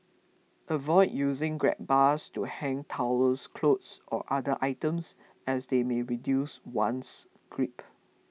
avoid using grab bars to hang towels clothes or other items as they may reduce one's grip